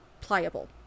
pliable